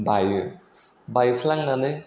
बायो बायफ्लांनानै